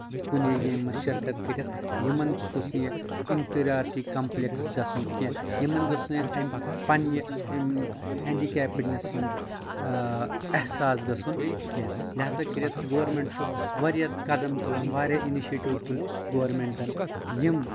کُنہِ گیمہِ منٛز شرکت کٔرِتھ یِمن گوٚژھ نہٕ یہِ انفِریورٹی کمپلیکٕس گژھُن کینٛہہ یِمن گوٚژھ نہٕ اَمہِ پنٕنہِ ییٚمہِ ہینٛڈیکیپٹنیس ہُنٛد احساس گژھُن کینٛہہ یہِ لِہازا کٔرِتھ گورمنٹ چھُ واریاہ قدم تُلان واریاہ اِنِشیٹِو تُل گورمینٹن یِم